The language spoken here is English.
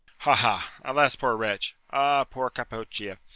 ha, ha! alas, poor wretch! a poor capocchia!